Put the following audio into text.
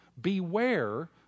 beware